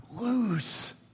lose